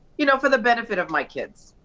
you know for the benefit of my kids.